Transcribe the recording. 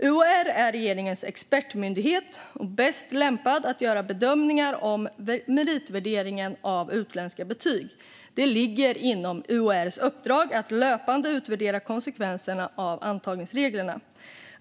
UHR är regeringens expertmyndighet och bäst lämpad att göra bedömningar om meritvärdering av utländska betyg. Det ligger inom UHR:s uppdrag att löpande utvärdera konsekvenserna av antagningsreglerna.